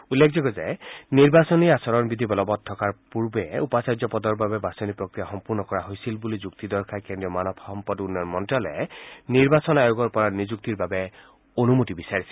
উল্লেখযোগ্য যে নিৰ্বাচনী আচৰণবিধি বলবধ কৰাৰ পূৰ্বে উপাচাৰ্য পদৰ বাবে বাচনি প্ৰক্ৰিয়া সম্পূৰ্ণ কৰা হৈছিল বুলি যুক্তি দৰ্শাই কেন্দ্ৰীয় মানৱ সম্পদ উন্নয়ন মন্তালয়ে নিৰ্বাচন আয়োগৰ পৰা নিযুক্তিৰ বাবে অনুমতি বিচাৰিছিল